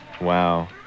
Wow